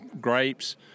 grapes